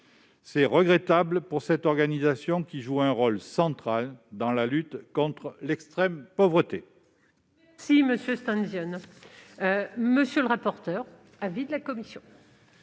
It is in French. C'est regrettable pour cette organisation, qui joue un rôle central dans la lutte contre l'extrême pauvreté.